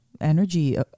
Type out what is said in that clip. energy